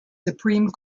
supreme